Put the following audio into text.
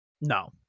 No